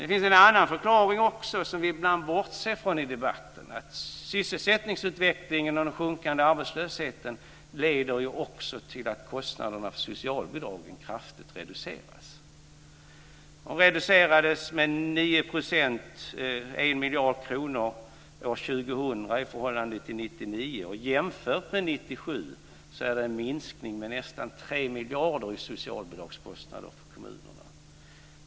Det finns också en annan förklaring, som vi ibland bortser från i debatten. Sysselsättningsutvecklingen och den sjunkande arbetslösheten leder också till att kostnaderna för socialbidrag reduceras kraftigt. De reducerades med 9 %, 1 miljard kronor, år 2000 i förhållande till 1999. Jämfört med 1997 innebär det en minskning med nästan 3 miljarder i socialbidragskostnader för kommunerna.